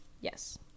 Yes